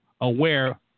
aware